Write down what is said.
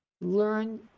learn